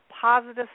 positive